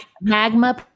Magma